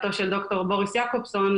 בהובלתו של ד"ר בוריס יעקובסון,